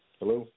hello